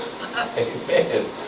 Amen